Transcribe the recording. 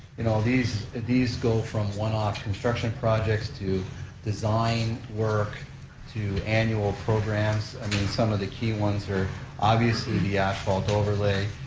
you know, these these go from one-off construction projects to design work to annual programs, and then some of the key ones are obviously the asphalt overlay,